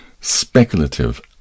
speculative